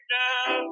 now